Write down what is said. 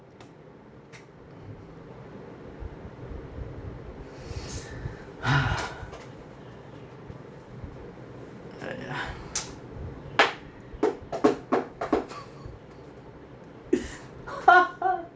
!aiya!